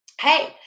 hey